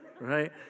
right